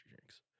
Drinks